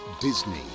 Disney